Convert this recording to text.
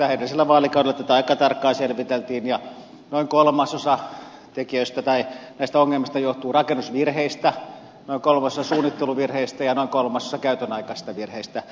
edellisellä vaalikaudella tätä aika tarkkaan selviteltiin ja noin kolmasosa näistä ongelmista johtuu rakennusvirheistä noin kolmasosa suunnitteluvirheistä ja noin kolmasosa käytön aikaisista virheistä